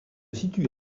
situe